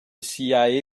cia